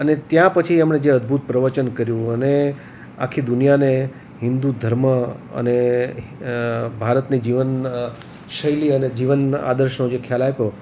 અને ત્યાં પછી એમણે જે અદ્ભુત પ્રવચન કર્યું અને આખી દુનિયાને હિન્દુ ધર્મ અને ભારતની જીવન શૈલી અને જીવન આદર્શનો જે ખ્યાલ આપ્યો